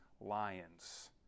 lions